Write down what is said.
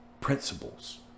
principles